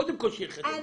קודם כל שיהיה חדר מצב.